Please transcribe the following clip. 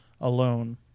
Alone